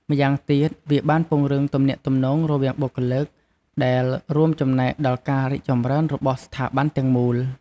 ម្យ៉ាងទៀត វាបានពង្រឹងទំនាក់ទំនងរវាងបុគ្គលិក ដែលរួមចំណែកដល់ការរីកចម្រើនរបស់ស្ថាប័នទាំងមូល។